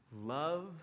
love